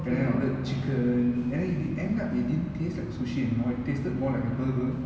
and then I ordered chicken and then in the end up it didn't taste like sushi anymore it tasted more like a burger